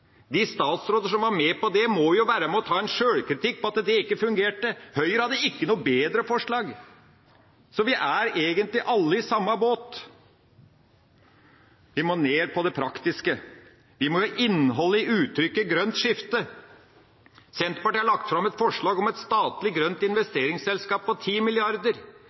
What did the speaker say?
De statsrådene som var med på det, må være med og ta sjølkritikk for at det ikke fungerte. Høyre hadde ikke noe bedre forslag. Så vi er egentlig alle i samme båt. Vi må ned på det praktiske. Vi må gi innhold i uttrykket «grønt skifte». Senterpartiet har lagt fram et forslag om et statlig, grønt investeringsselskap på